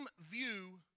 view